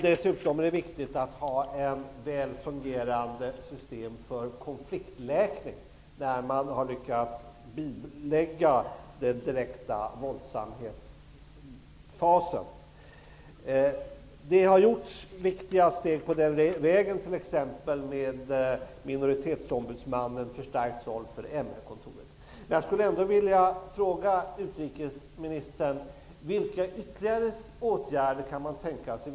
Dessutom är det viktigt att ha ett väl fungerande system för konfliktläkning när man har lyckats bilägga den direkta våldsamhetsfasen. Det har tagits viktiga steg på den vägen, t.ex. med minoritetsombudsman och förstärkt roll för MR kontoret. Jag skulle ändå vilja fråga utrikesministern: Vilka ytterligare åtgärder kan man tänka sig?